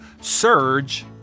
surge